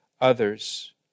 others